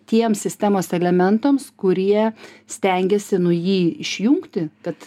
tiem sistemos elementams kurie stengiasi nu jį išjungti kad